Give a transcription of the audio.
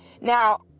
Now